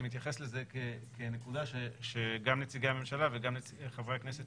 אני מתייחס לזה כנקודה שגם נציגי הממשלה וגם חברי הכנסת